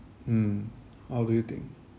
mm how will you think